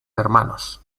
hermanos